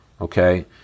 okay